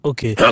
Okay